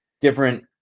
different